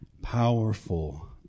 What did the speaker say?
powerful